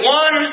one